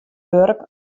wurk